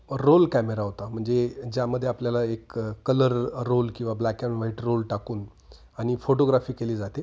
role camera होता म्हणजे ज्यामध्ये आपल्याला एक कलर रोल किंवा ब्लॅक अँड व्हाईट रोल टाकून आणि फोटोग्राफी केली जाते